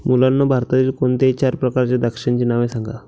मुलांनो भारतातील कोणत्याही चार प्रकारच्या द्राक्षांची नावे सांगा